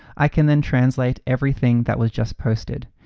i can then translate everything that was just posted.